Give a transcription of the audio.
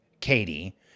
Katie